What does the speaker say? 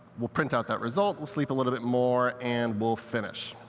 we'll print out that result, we'll sleep a little bit more, and we'll finish.